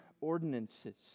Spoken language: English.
ordinances